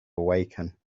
awaken